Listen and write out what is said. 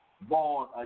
born